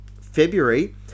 February